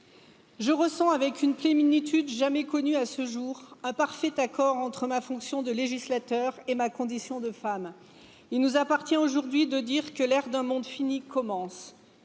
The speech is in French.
Je ressens, avec une plénitude jamais connue à ce jour, accord entre ma fonction de législateur et ma condition de femme il nous appartient aujourd'hui de dire que l'ère du monde fini commence